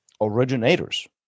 originators